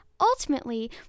Ultimately